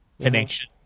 connection